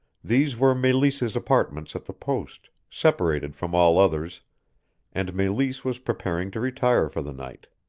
these were meleese's apartments at the post, separated from all others and meleese was preparing to retire for the night.